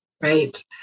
Right